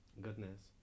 Goodness